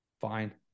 Fine